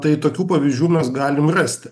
tai tokių pavyzdžių mes galime rasti